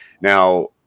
Now